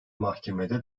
mahkemede